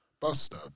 Buster